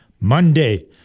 Monday